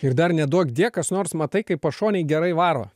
ir dar neduok die kas nors matai kaip pašonėj gerai varo